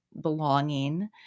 belonging